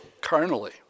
carnally